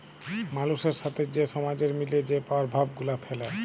মালুসের সাথে যে সমাজের মিলে যে পরভাব গুলা ফ্যালে